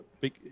big